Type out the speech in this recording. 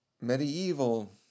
Medieval